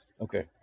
Okay